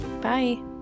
Bye